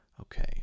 Okay